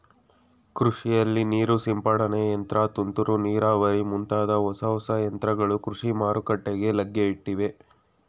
ಕೃಷಿಯಲ್ಲಿ ನೀರು ಸಿಂಪಡನೆ ಯಂತ್ರ, ತುಂತುರು ನೀರಾವರಿ ಮುಂತಾದ ಹೊಸ ಹೊಸ ಯಂತ್ರಗಳು ಕೃಷಿ ಮಾರುಕಟ್ಟೆಗೆ ಲಗ್ಗೆಯಿಟ್ಟಿವೆ